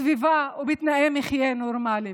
בסביבה ובתנאי מחיה נורמליים.